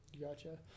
Gotcha